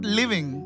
living